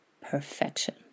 perfection